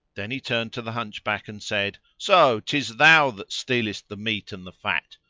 then he turned to the hunchback and said, so tis thou that stealest the meat and the fat!